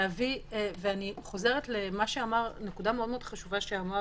ואני חוזרת לנקודה מאוד מאוד חשובה שאמר